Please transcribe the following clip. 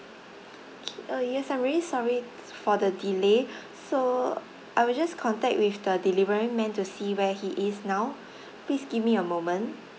K uh yes I'm really sorry for the delay so I will just contact with the delivery man to see where he is now please give me a moment